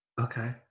Okay